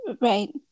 Right